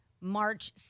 March